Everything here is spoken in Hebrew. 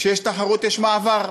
כשיש תחרות, יש מעבר.